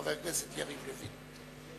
חבר הכנסת יריב לוין.